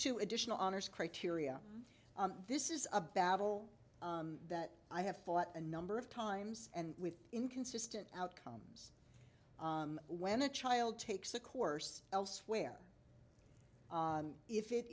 two additional honors criteria this is a battle that i have fought a number of times and with inconsistent outcomes when a child takes a course elsewhere if it